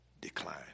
decline